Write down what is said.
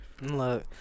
Look